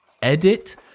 edit